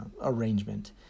arrangement